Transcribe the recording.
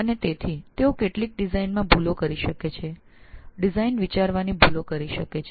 આથી તેઓ ડિઝાઇન માં ભૂલો કરે છે ડિઝાઇન વિચારસરણીમાં ભૂલો કરે છે